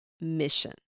mission